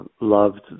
loved